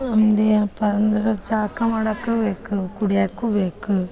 ನಮ್ದು ಏನಪ್ಪ ಅಂದ್ರೆ ಜಳಕ ಮಾಡಕ್ಕೂ ಬೇಕು ಕುಡಿಯಕ್ಕೂ ಬೇಕು